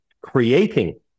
creating